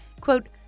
quote